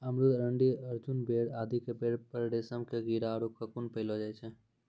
अमरूद, अरंडी, अर्जुन, बेर आदि के पेड़ पर रेशम के कीड़ा आरो ककून पाललो जाय छै